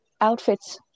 outfits